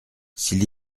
s’il